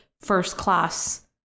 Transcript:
first-class